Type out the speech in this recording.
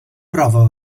prova